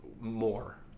more